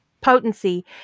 Potency